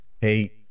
Hey